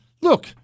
look